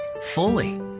fully